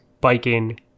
biking